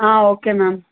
okay ma'am